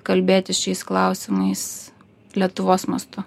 kalbėti šiais klausimais lietuvos mastu